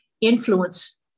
influence